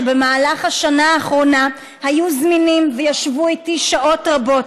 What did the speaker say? שבמהלך השנה האחרונה היו זמינים וישבו איתי שעות רבות.